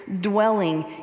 dwelling